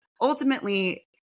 ultimately